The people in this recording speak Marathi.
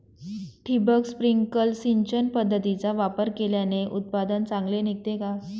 ठिबक, स्प्रिंकल सिंचन पद्धतीचा वापर केल्याने उत्पादन चांगले निघते का?